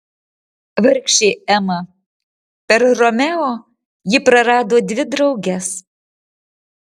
vargšė ema per romeo ji prarado dvi drauges